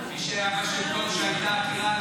מי היה בשלטון כשהייתה